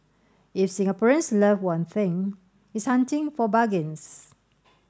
if Singaporeans love one thing it's hunting for bargains